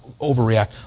overreact